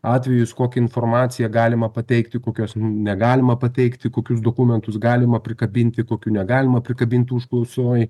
atvejus kokią informaciją galima pateikti kokios negalima pateikti kokius dokumentus galima prikabinti kokių negalima prikabinti užklausoj